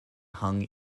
hung